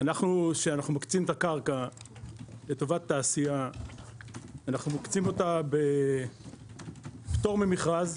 כשאנחנו מקצים את הקרקע לטובת תעשייה אנחנו מקצים אותה בפטור ממכרז,